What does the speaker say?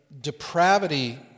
depravity